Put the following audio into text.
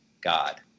God